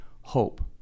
Hope